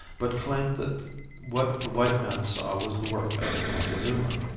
but claimed that what the white man saw was the work of montezuma.